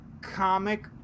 comic